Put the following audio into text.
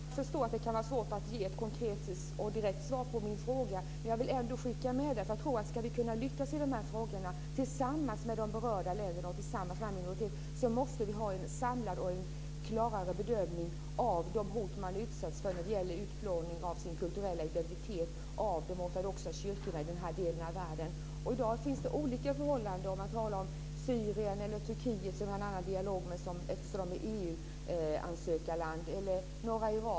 Fru talman! Jag förstår att det kan vara svårt att ge ett konkret och direkt svar på min fråga, men jag vill ändå skicka med detta. Ska vi kunna lyckas i de här frågorna, tillsammans med de berörda länderna och tillsammans med den här minoriteten, tror jag att vi måste ha en samlad och klarare bedömning av de hot man utsätts för när det gäller utplåning av ens kulturella identitet och av de ortodoxa kyrkorna i den här delen av världen. I dag är det olika förhållanden beroende på om man talar om Syrien, Turkiet - som vi har en annan dialog med eftersom det är ett kandidatland - norra Irak eller Iran.